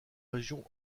région